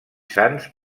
sants